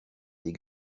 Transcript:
des